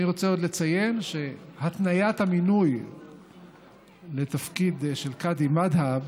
אני רוצה לציין עוד שהתניית המינוי לתפקיד של קאדי מד'הב